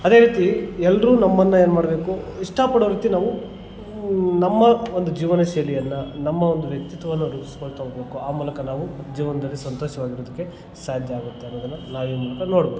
ಅದೇ ರೀತಿ ಎಲ್ಲರೂ ನಮ್ಮನ್ನು ಏನು ಮಾಡಬೇಕು ಇಷ್ಟಪಡೋ ರೀತಿ ನಾವು ನಮ್ಮ ಒಂದು ಜೀವನ ಶೈಲಿಯನ್ನು ನಮ್ಮ ಒಂದು ವ್ಯಕ್ತಿತ್ವವನ್ನು ರೂಪಿಸ್ಕೊಳ್ತಾ ಹೋಗಬೇಕು ಆ ಮೂಲಕ ನಾವು ಜೀವನದಲ್ಲಿ ಸಂತೋಷವಾಗಿರೋದಕ್ಕೆ ಸಾಧ್ಯ ಆಗುತ್ತೆ ಅನ್ನೋದನ್ನು ನಾವು ಈ ಮೂಲಕ ನೋಡ್ಬೋ